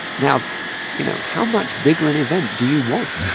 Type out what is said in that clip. now you know how much bigger an event do you want?